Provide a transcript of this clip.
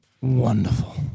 Wonderful